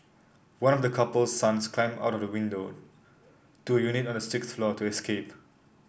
one of the couple's sons climbed out of the window to a unit on the sixth floor to escaped